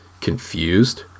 confused